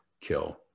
kill